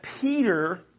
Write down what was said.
Peter